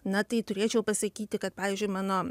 na tai turėčiau pasakyti kad pavyzdžiui mano